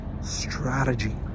strategy